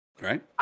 Right